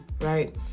right